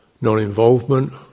non-involvement